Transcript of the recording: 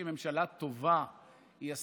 אני חושב שהיא ממשלה טובה.